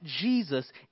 Jesus